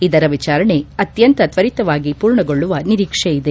ಇದರ ವಿಚಾರಣೆ ಅತ್ಯಂತ ತ್ವರಿತವಾಗಿ ಪೂರ್ಣಗೊಳ್ಳುವ ನಿರೀಕ್ಷೆ ಇದೆ